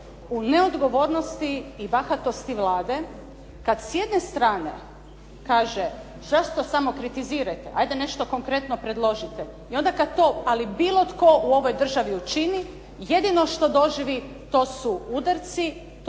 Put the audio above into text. u neodgovornosti i bahatosti Vlade kad s jedne strane kaže zašto samo kritizirate, ajde nešto konkretno predložite. I onda kad to ali bilo tko u ovoj državi učini jedino što doživi to su udarci, to je pljuvanje i